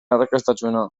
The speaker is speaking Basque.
arrakastatsuena